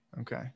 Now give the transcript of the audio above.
okay